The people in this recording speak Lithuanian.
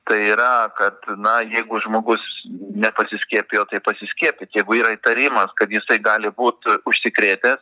tai yra kad na jeigu žmogus nepasiskiepijo tai pasiskiepyt jeigu yra įtarimas kad jisai gali būt užsikrėtęs